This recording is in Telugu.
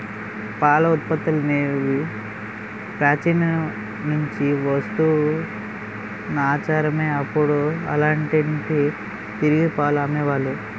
పాల ఉత్పత్తులనేవి ప్రాచీన నుంచి వస్తున్న ఆచారమే అప్పుడు ఇంటింటికి తిరిగి పాలు అమ్మే వాళ్ళు